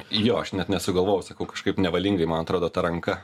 jo aš net nesugalvojau sakau kažkaip nevalingai man atrodo ta ranka